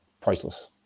priceless